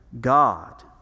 God